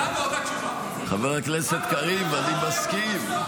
חבר הכנסת קריב, אני מסכים.